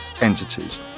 entities